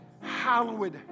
hallowed